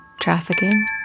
trafficking